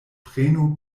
prenu